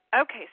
Okay